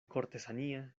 cortesanía